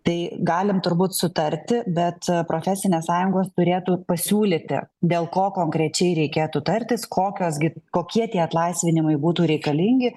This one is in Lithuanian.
tai galim turbūt sutarti bet profesinės sąjungos turėtų pasiūlyti dėl ko konkrečiai reikėtų tartis kokios gi kokie tie atlaisvinimai būtų reikalingi